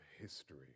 history